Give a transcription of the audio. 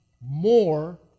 more